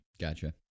Gotcha